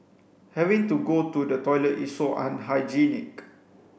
having to go to the toilet is so unhygienic